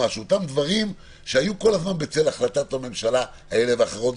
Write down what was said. אותם דברים שהיו כל הזמן בצל החלטות הממשלה כאלה ואחרות,